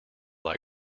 like